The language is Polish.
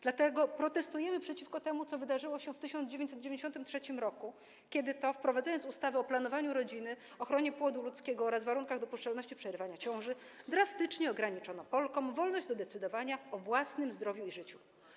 Dlatego protestujemy przeciwko temu, co wydarzyło się w 1993 r., kiedy to, wprowadzając ustawę o planowaniu rodziny, ochronie płodu ludzkiego oraz warunkach dopuszczalności przerywania ciąży, drastycznie ograniczono Polkom wolność do decydowania o własnym zdrowiu i życiu.